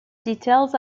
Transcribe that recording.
details